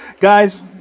Guys